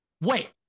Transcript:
Wait